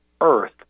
Earth